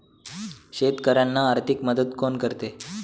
शेतकऱ्यांना आर्थिक मदत कोण करते?